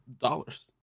dollars